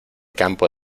campo